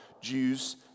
Jews